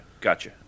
Gotcha